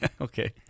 Okay